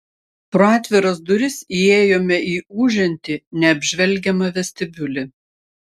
pro atviras duris įėjome į ūžiantį neapžvelgiamą vestibiulį